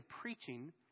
preaching